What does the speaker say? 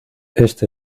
este